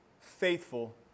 faithful